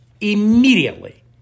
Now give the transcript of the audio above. immediately